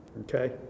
okay